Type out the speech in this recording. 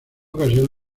ocasión